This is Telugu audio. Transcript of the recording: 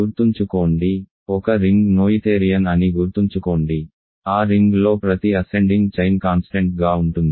గుర్తుంచుకోండి ఒక రింగ్ నోయిథేరియన్ అని గుర్తుంచుకోండి ఆ రింగ్లో ప్రతి అసెండింగ్ చైన్ కాన్స్టెంట్ గా ఉంటుంది